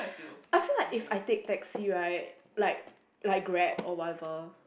I feel like if I take taxi right like I grab or whatever